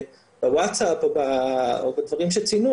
בוואטסאפ או בדברים שציינו,